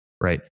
right